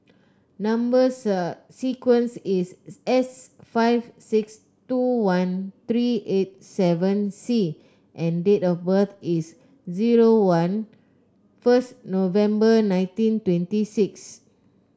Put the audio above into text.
number sir sequence is S five six two one three eight seven C and date of birth is zero one first November nineteen twenty six